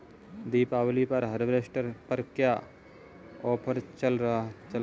दीपावली पर हार्वेस्टर पर क्या ऑफर चल रहा है?